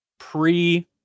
Pre